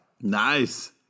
Nice